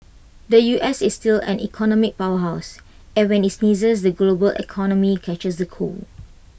the U S is still an economic power house and when IT sneezes the global economy catches A cold